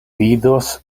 vidos